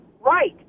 right